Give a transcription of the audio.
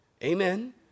Amen